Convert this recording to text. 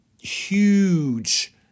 huge